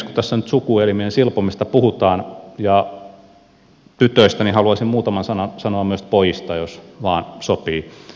kun tässä nyt suku elimien silpomisesta puhutaan ja tytöistä niin haluaisin muutaman sanan sanoa myös pojista jos vain sopii